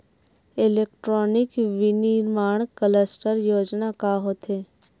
Electronic विनीर्माण cluster योजना का होथे?